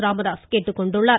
ராமதாஸ் கேட்டுக்கொண்டுள்ளார்